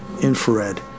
infrared